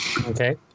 Okay